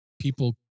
people